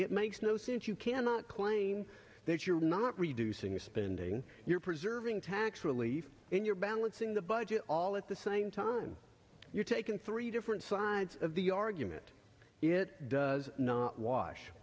it makes no sense you cannot claim that you're not reducing your pending you're preserving tax relief and you're balancing the budget all at the same time you're taking three different sides of the argument it does not wash